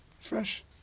Fresh